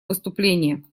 выступления